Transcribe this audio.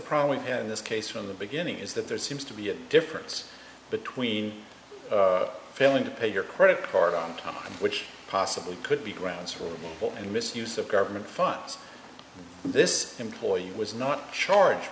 problem here in this case from the beginning is that there seems to be a difference between failing to pay your credit card which possibly could be grounds for misuse of government funds this employee was not charged